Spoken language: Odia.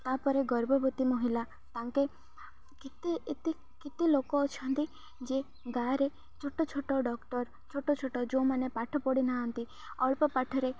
ତା'ପରେ ଗର୍ଭବତୀ ମହିଳା ତାଙ୍କେ କେତେ ଏତେ କେତେ ଲୋକ ଅଛନ୍ତି ଯେ ଗାଁରେ ଛୋଟ ଛୋଟ ଡକ୍ଟର ଛୋଟ ଛୋଟ ଯେଉଁମାନେ ପାଠ ପଢ଼ି ନାହାନ୍ତି ଅଳ୍ପ ପାଠରେ